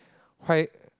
why